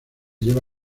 lleva